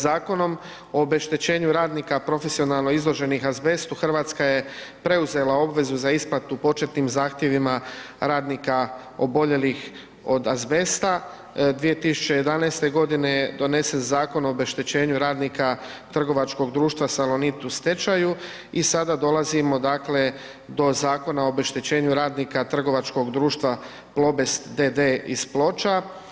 Zakonom o obeštećenju radnika profesionalno izloženih azbestu, RH je preuzela obvezu za isplatu početnim zahtjevima radnika oboljelih od azbesta, 2011.g. je donesen Zakon o obeštećenju radnika trgovačkog društva Salonit u stečaju i sada dolazimo dakle do Zakona o obeštećenju radnika trgovačkog društva Plobest d.d. iz Ploča.